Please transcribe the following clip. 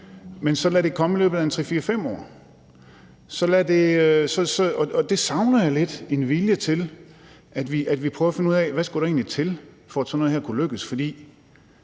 men så lad det komme i løbet af 3, 4, 5 år, og jeg savner lidt en vilje til, at vi prøver at finde ud af, hvad der egentlig skulle til, for at sådan noget her kunne lykkes. For